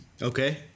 Okay